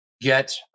get